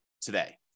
today